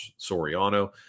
Soriano